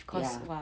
ya